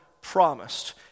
promised